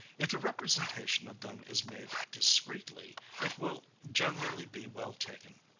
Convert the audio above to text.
if the representation of them is made discreetly, it will generally be well taken.